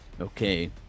Okay